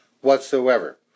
whatsoever